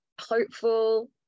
hopeful